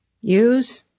Use